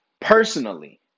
Personally